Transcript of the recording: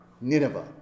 Nineveh